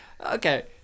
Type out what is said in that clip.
Okay